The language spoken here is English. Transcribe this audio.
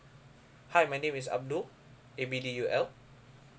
hi my name is abdul A B D U L